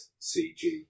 CG